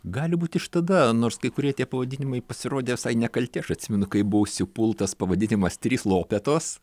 gali būt iš tada nors kai kurie tie pavadinimai pasirodė visai nekalti aš atsimenu kai buvo užsipultas pavadinimas trys lopetos